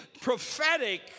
prophetic